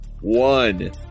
one